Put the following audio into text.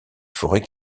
forêts